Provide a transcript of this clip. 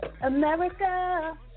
America